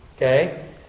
Okay